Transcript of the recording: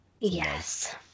Yes